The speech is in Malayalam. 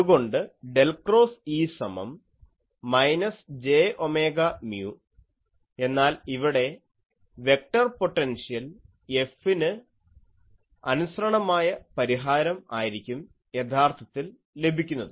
അതുകൊണ്ട് ഡെൽ ക്രോസ് E സമം മൈനസ് J ഒമേഗ മ്യൂ എന്നാൽ ഇവിടെ വെക്ടർ പൊട്ടൻഷ്യൽ 'F' ന് അനുശ്രണമായ പരിഹാരം ആയിരിക്കും യഥാർത്ഥത്തിൽ ലഭിക്കുന്നത്